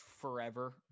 forever